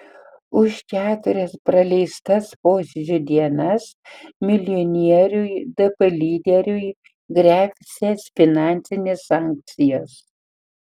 už keturias praleistas posėdžių dienas milijonieriui dp lyderiui gresia finansinės sankcijos